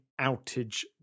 outage